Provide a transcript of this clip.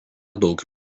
daug